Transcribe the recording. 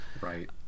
Right